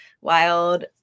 wild